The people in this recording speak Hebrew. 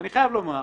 אני חייב לומר,